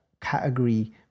category